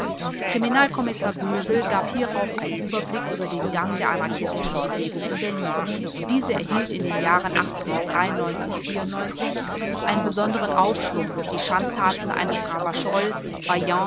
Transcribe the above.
kriminalkommissar bösel gab hierauf einen überblick über den gang der anarchistischen bewegung in berlin diese erhielt in den jahren einen besonderen aufschwung durch die schandtaten eines ravachol